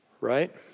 Right